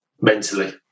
mentally